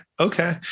Okay